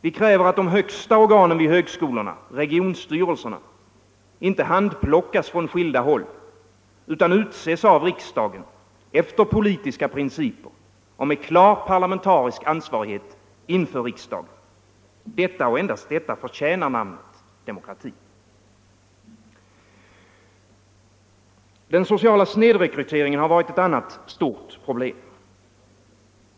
Vi kräver att de högsta organen vid högskolorna, regionstyrelserna, inte handplockas från skilda håll, utan utses av riksdagen efter politiska principer och med klar parlamentarisk ansvarighet inför riksdagen. Detta och endast detta förtjänar namnet demokrati. Den sociala snedrekryteringen har varit ett annat stort problem.